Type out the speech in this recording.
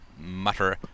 mutter